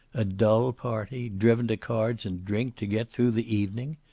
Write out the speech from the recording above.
a dull party, driven to cards and drink to get through the evening.